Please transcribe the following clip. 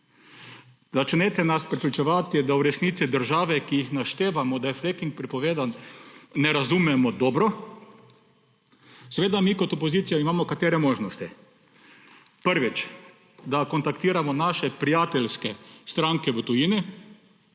začnete nas prepričevati, da v resnici države, ki jih naštevamo, da je fracking prepovedan, ne razumemo dobro. Seveda, imamo mi kot opozicija katere možnosti? Prvič, da kontaktiramo naše prijateljske stranke v tujini,